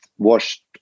washed